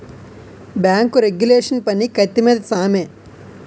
bank regulation పని కత్తి మీద సామే